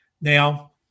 Now